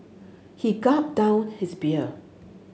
he gulped down his beer